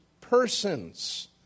persons